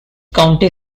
county